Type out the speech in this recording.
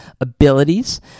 abilities